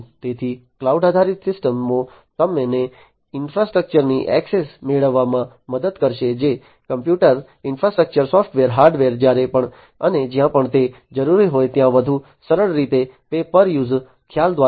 તેથી ક્લાઉડ આધારિત સિસ્ટમોતમને ઇન્ફ્રાસ્ટ્રક્ચરની ઍક્સેસ મેળવવામાં મદદ કરશે જે કમ્પ્યુટિંગ ઇન્ફ્રાસ્ટ્રક્ચર સૉફ્ટવેર હાર્ડવેર જ્યારે પણ અને જ્યાં પણ તે જરૂરી હોય ત્યાં વધુ સરળ રીતે પે પર યુઝ ખ્યાલ દ્વારા